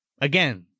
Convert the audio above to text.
again